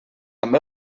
amb